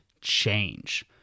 change